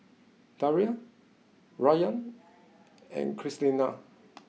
Dalia Rayan and Krystina